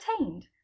obtained